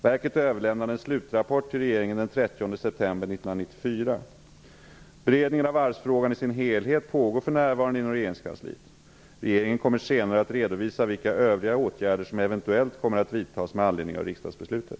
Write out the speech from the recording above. Verket överlämnade en slutrapport till regeringen den 30 Beredningen av varvsfrågan i dess helhet pågår för närvarande inom regeringskansliet. Regeringen kommer senare att redovisa vilka övriga åtgärder som eventuellt kommer att vidtas med anledning av riksdagsbeslutet.